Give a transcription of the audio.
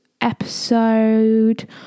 episode